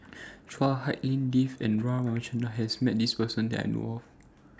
Chua Hak Lien Dave and R Ramachandran has Met This Person that I know of